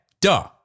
duh